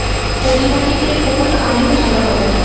পলি মাটিতে কোন আলু ভালো হবে?